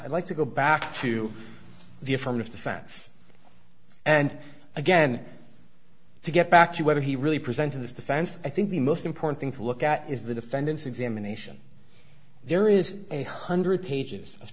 i'd like to go back to the affirmative defense and again to get back to whether he really presented this defense i think the most important thing to look at is the defendant's examination there is a hundred pages of